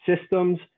systems